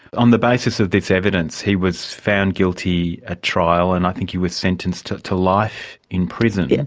on the basis of this evidence he was found guilty at trial and i think he was sentenced to to life in prison. yeah